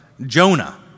Jonah